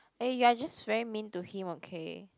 eh you are just very mean to him okay